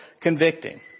convicting